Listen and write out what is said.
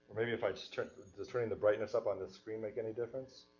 maybe if i just turn, does turning the brightness up on this screen make any difference?